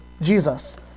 Jesus